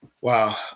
Wow